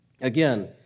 again